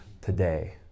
today